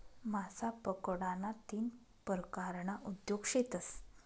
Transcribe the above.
मासा पकडाना तीन परकारना उद्योग शेतस